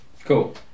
cool